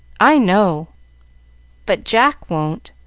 i know but jack won't,